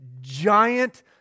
giant